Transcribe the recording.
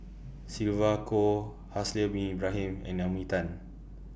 Sylvia Kho Haslir Bin Ibrahim and Naomi Tan